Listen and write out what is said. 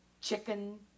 chicken